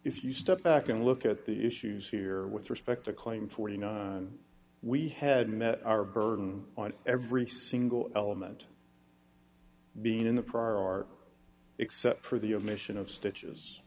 if you step back and look at the issues here with respect to claim forty nine dollars we had met our burden on every single element being in the prior art except for the omission of stitches